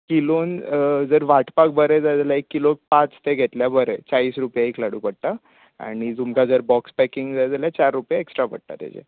किलोन जर वाटपाक बरे जाय जाल्यार एक किलोक पांच ते बरे चाळीस रुपया एक लाडू पडटा आनी तुमकां जर बॉक्स पेकिंग जाय जाल्यार चार रुपया एक्सट्रा पडटा ताजे